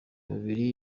kabiri